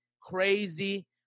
crazy